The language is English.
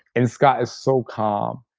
and scott is so calm.